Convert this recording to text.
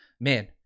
man